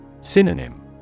Synonym